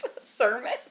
sermon